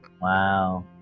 Wow